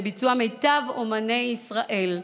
בביצוע מיטב אומני ישראל: